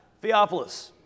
Theophilus